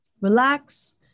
relax